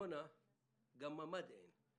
גם ממ"ד אין.